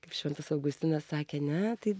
kaip šventas augustinas sakė ne tai